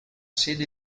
sede